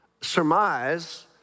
surmise